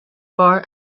far